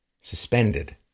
suspended